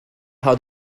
how